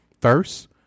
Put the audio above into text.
First